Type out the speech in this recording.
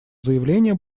заявления